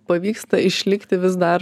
pavyksta išlikti vis dar